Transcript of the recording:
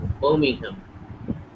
Birmingham